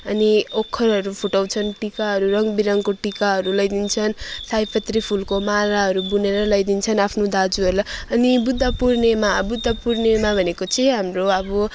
अनि ओखरहरू फुटाउँछन् टिकाहरू रङबिरङको टिकाहरू लगाइदिन्छन् सयपत्री फुलको मालाहरू बुनेर लगाइदिन्छन् आफ्नो दाजुहरूलाई अनि बुद्ध पूर्णिमा बुद्ध पूर्णिमा भनेको चाहिँ हाम्रो अब